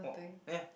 what yeah